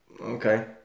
Okay